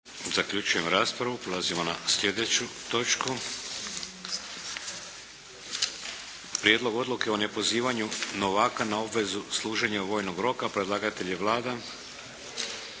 Vladimir (HDZ)** Prelazimo na sljedeću točku - Prijedlog odluke o nepozivanju novaka na obvezu služenja vojnog roka Predlagatelj je Vlada.